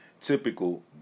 typical